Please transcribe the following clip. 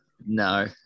no